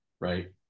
right